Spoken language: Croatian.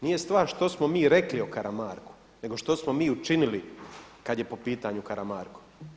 Nije stvar što smo mi rekli o Karamarku nego što smo mi učinili kad je po pitanju Karamarko.